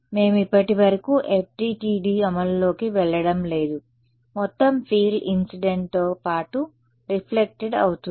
మేము ఇప్పటివరకు FDTD అమలులోకి వెళ్లడం లేదు మొత్తం ఫీల్డ్ ఇన్సిడెంట్ తో పాటు రిఫ్లెక్టెడ్ అవుతుంది